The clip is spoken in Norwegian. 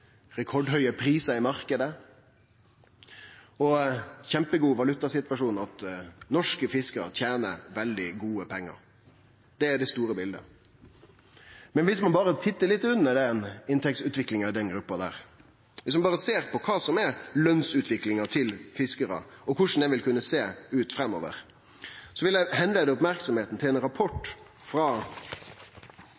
rekordhøge prisar i marknaden og ein kjempegod valutasituasjon, at norske fiskarar tener veldig gode pengar. Det er det store bildet. Men dersom ein berre tittar litt under den inntektsutviklinga i den gruppa, dersom ein ser på kva som er lønsutviklinga til fiskarane, og korleis ho vil kunne sjå ut framover, vil eg rette merksemda på ein rapport